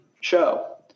show